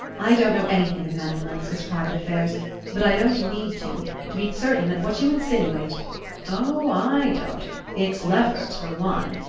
i don't know anything of madame olenska's private affairs but i don't need to, to be certain that what you insinuate oh, i don't it's lefferts, for one,